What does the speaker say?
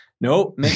Nope